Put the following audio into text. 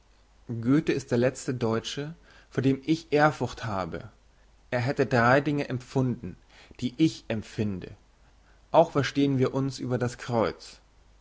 goethe ist der letzte deutsche vor dem ich ehrfurcht habe er hätte drei dinge empfunden die ich empfinde auch verstehen wir uns über das kreuz